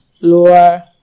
lower